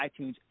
iTunes